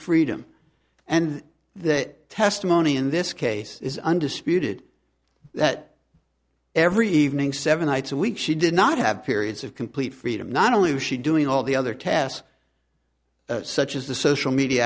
freedom and that testimony in this case is undisputed that every evening seven nights a week she did not have periods of complete freedom not only was she doing all the other tasks such as the social media